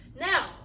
now